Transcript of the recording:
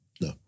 No